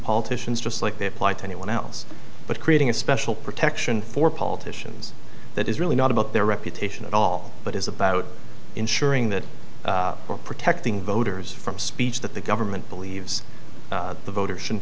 politicians just like they apply to anyone else but creating a special protection for politicians that is really not about their reputation at all but is about ensuring that we're protecting voters from speech that the government believes the voters should